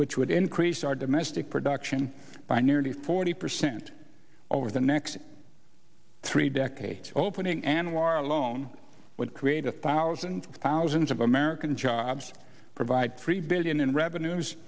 which would increase our domestic production by nearly forty percent over the next three decades opening anwar alone would create a thousand of thousands of american jobs provide three billion in revenues